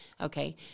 Okay